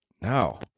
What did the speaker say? no